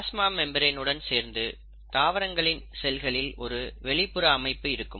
plasma membrane உடன் சேர்ந்து தாவரங்களின் செல்களில் ஒரு வெளிப்புற அமைப்பு இருக்கும்